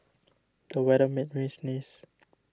the weather made me sneeze